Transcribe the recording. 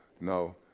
no